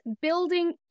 building